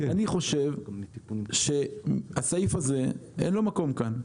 אני חושב שהסעיף הזה, אין לו מקום כאן.